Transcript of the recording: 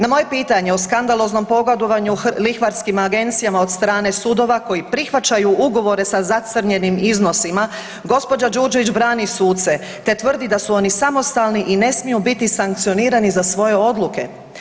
Na moje pitanje o skandaloznom pogodovanju lihvarskim agencijama od strane sudova koji prihvaćaju ugovore sa zacrnjenim iznosima gđa. Đurđević brani suce te tvrdi da su oni samostalni i ne smiju biti sankcionirani za svoje odluke.